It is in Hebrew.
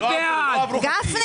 מי בעד קבלת ההסתייגות?